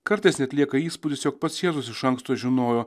kartais net lieka įspūdis jog pats jėzus iš anksto žinojo